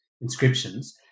inscriptions